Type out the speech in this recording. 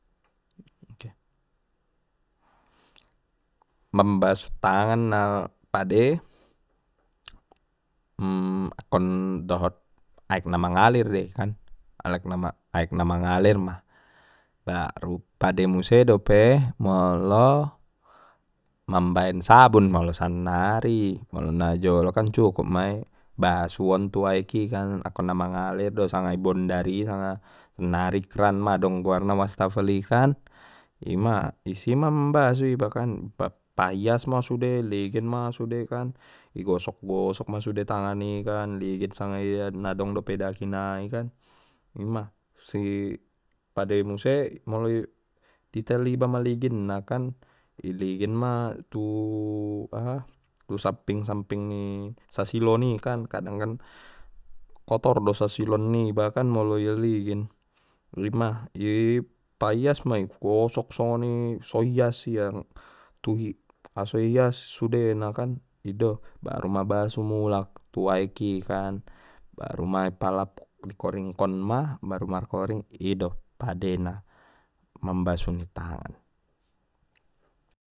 Mambasu tangan na pade akkon dohot aek na mangalir dei kan aek na mangalir ma baru pade muse dope molo mambaen sabun molo sannari molo na jolo kan cukup mei basuon tu aek ki kan akkon na mangalir do sanga i bondar sanga nari kan madong goarna wastafel i kan ima isi ma mam basu ibakan pahias ma sude ligin ma sude kan i gosok gosok ma sude tangan i kan ligin jia sanga ijia na dong dope daki nai kan ima si pade muse molo i detail iba maliginna kan i ligin ma tu aha`tu samping samping ni sasilon i kan kadang kan kotor do sasilon niba kan molo iligin ima i paias ma i gosok soni so ias ia dungi aso ias sudena kan ido baru ma basu ma mulak tu aek i kan baruma i palap koringkon ma baru markoring ido padena mambasu ni tangan.